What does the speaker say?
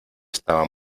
estaba